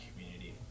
community